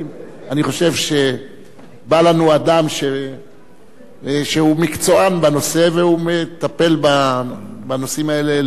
אני חושב שבא לנו אדם שהוא מקצוען בנושא והוא מטפל בנושאים האלה לתפארת,